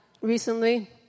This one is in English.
recently